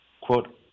quote